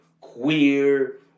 queer